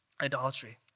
Idolatry